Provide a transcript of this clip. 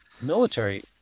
military